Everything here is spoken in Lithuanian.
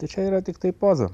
tai čia yra tiktai poza